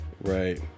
Right